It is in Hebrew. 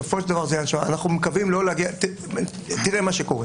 השופט